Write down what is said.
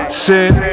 sin